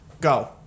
Go